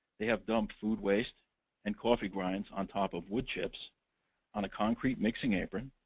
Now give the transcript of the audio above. they have dumped food waste and coffee grounds on top of wood chips on a concrete mixing apron,